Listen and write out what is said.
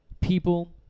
people